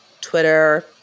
Twitter